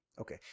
okay